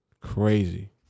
Crazy